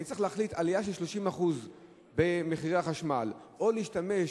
כשאני צריך להחליט על עלייה של 30% במחירי החשמל או להשתמש